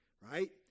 right